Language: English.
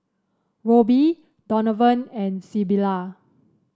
Roby Donovan and Sybilla